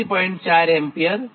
4 A છે